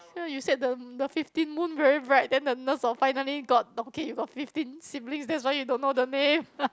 here you said the the fifteen moon very bright then the nurse all finally got okay you got fifteen siblings that's why you don't know the name